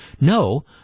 No